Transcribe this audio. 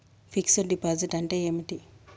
Fix డ్ deposit అంటే ఏమిటి?